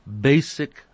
basic